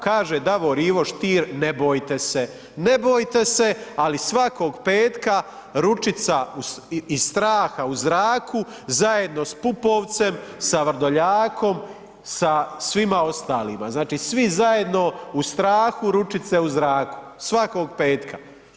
Kaže Davor Ivo Stier ne bojte se, ne bojte se ali svakog petka ručica iz straha u zraku zajedno sa Pupovcem, sa Vrdoljakom, sa svima ostalima, znači svi zajedno u strahu ručice u zraku svakog petka.